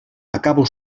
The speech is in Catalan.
acabo